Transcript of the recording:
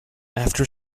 after